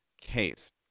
case